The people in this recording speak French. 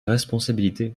responsabilité